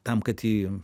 tam kad jį